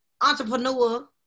entrepreneur